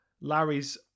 Larry's